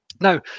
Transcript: Now